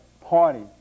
Party